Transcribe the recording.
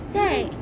righ